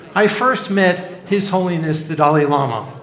i first met his holiness the dalai lama.